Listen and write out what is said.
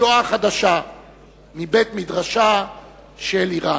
שואה חדשה מבית-מדרשה של אירן.